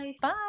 Bye